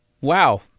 Wow